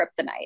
kryptonite